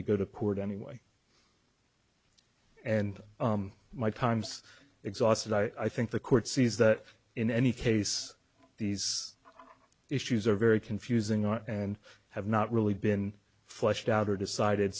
to go to court anyway and my time's exhausted i think the court sees that in any case these issues are very confusing on and have not really been fleshed out or decided